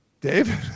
David